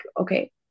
okay